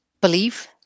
Believe